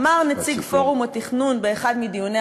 אמר נציג פורום התכנון באחד מדיוני